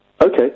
Okay